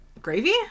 Gravy